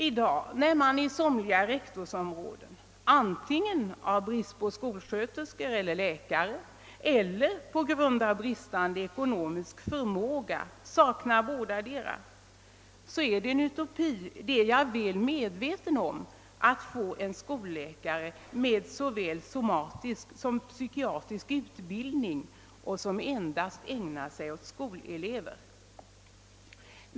I dag när man i somliga rektorsområden på grund av bristsituationen eller på grund av bristande ekonomisk förmåga saknar antingen skolsköterska eller läkare eller kanske bådadera är det en utopi — det är jag med veten om — att få skolläkare som har såväl somatisk som psykiatrisk utbildning och som ägnar sig helt åt skoleleverna.